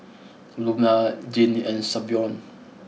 Luna Jeannie and Savion